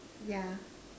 yeah